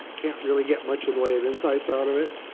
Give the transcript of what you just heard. can't really get much in the way of insights out of it.